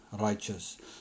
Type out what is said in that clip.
righteous